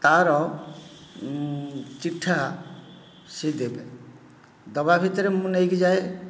ତା'ର ଚିଠା ସେ ଦେବେ ଦବା ଭିତେରେ ମୁଁ ନେଇକି ଯାଏ